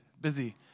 busy